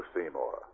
Seymour